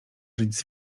żyć